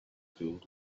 filled